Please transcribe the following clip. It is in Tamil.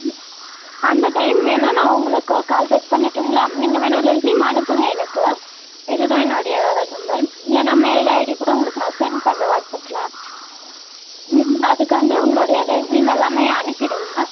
ம் அந்த டைம் வேணால் நான் உங்களுக்கு கால் பேக் பண்ணட்டுங்களா நீங்கள் வேணால் ரெஸ்யூம் அனுப்புங்க எனக்கு இதுதான் என்னோடைய நம்பர் இல்லைனா மெயில் ஐடி கூட உங்களுக்கு நான் சென்ட் பண்ணுறேன் வாட்ஸ்அப்பில் நீங்கள் அதுக்கு வந்து உங்களுடைய ரெஸ்யூம் எல்லாமே அனுப்பிவிடுங்க